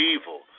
evil